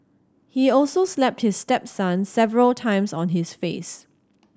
he also slapped his stepson several times on his face